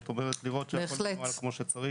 לראות שהכול מנוהל כפי שצריך.